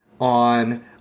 on